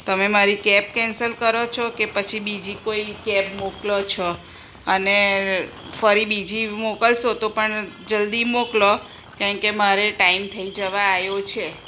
તમે મારી cab cancel કરો છો કે પછી બીજી કોઈ કેબ મોકલો છો અને ફરી બીજી મોકલશો તો પણ જલ્દી મોકલો કારણ કે મારે ટાઈમ થઈ જવા આયો છે